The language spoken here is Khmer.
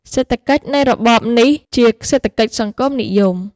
សេដ្ឋកិច្ចនៃរបបនេះជា សេដ្ឋកិច្ចសង្គមនិយម។